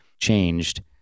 changed